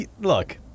Look